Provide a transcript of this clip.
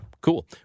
Cool